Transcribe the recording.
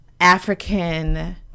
African